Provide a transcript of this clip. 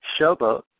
showboat